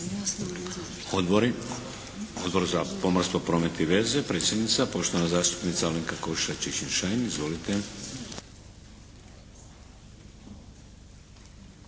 Odbor za pomorstvo, promet i veze, predsjednica poštovana zastupnica Alenka Košiša Čičin-Šain. Izvolite.